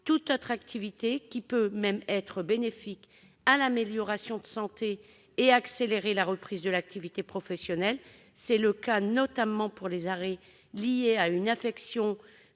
toute autre activité, celle-ci pouvant même être bénéfique pour l'amélioration de la santé du salarié et accélérer sa reprise d'activité professionnelle. C'est le cas notamment pour les arrêts liés à une affection